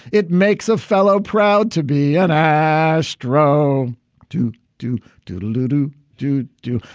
it makes a fellow proud to be an astro doo doo doo doo doo doo doo doo.